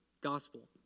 gospel